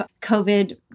COVID